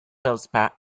feldspar